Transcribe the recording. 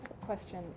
Question